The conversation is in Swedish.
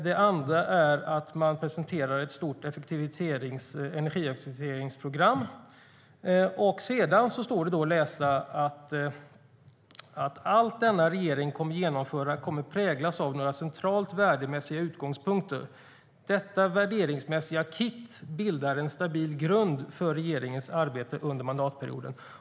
Det andra är att man presenterar ett stort energieffektiviseringsprogram. Sedan står det att "allt denna regering kommer att genomföra kommer att präglas av några centrala värderingsmässiga utgångspunkter. Detta värderingsmässiga kitt bildar en stabil grund för regeringens arbete under mandatperioden.